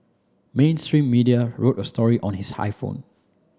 mainstream media wrote a story on his iPhone